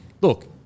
look